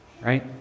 right